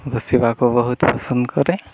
ବସିବାକୁ ବହୁତ ପସନ୍ଦ କରେ